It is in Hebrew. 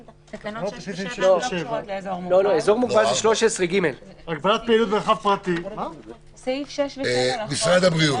אזור מוגבל זה 13ג. משרד הבריאות,